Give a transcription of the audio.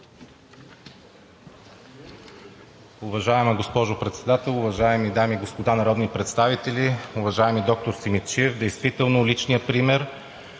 Уважаема госпожо Председател, уважаеми дами и господа народни представители! Уважаеми доктор Симидчиев, действително личният пример